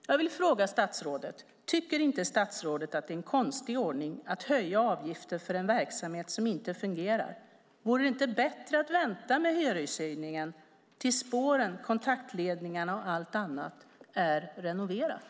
Jag vill fråga statsrådet: Tycker inte statsrådet att det är en konstig ordning att höja avgifter för en verksamhet som inte fungerar? Vore det inte bättre att vänta med hyreshöjningen tills spåren, kontaktledningarna och allt annat är renoverat?